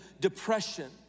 depression